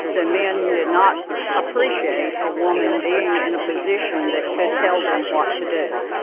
the men did not appreciate a woman being in a position that could tell them what to do.